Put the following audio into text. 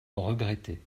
regretter